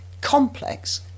complex